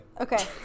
Okay